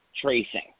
tracing